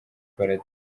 paradizo